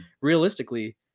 realistically